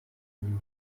mille